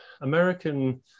American